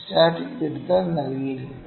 static തിരുത്തൽ നൽകിയിരിക്കുന്നു